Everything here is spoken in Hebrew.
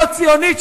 לא ציונית,